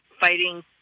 fighting